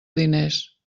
diners